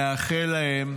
נאחל להם